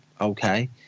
Okay